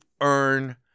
earn